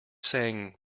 saying